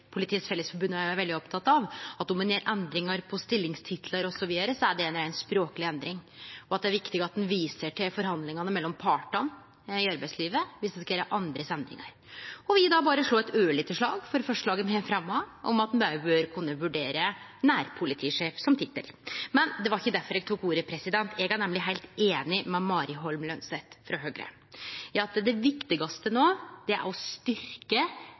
er veldig oppteke av, at om ein gjer endringar i stillingstitlar osv., så er det ei reint språkleg endring, og at det er viktig at ein viser til forhandlingane mellom partane i arbeidslivet viss det skal gjerast andre endringar. Eg vil då berre slå eit ørlite slag for forslaget me har fremja om at ein bør kunne vurdere «nærpolitisjef» som tittel. Men det var ikkje difor eg tok ordet. Eg er nemleg heilt einig med representanten Mari Holm Lønseth frå Høgre i at det viktigaste no er å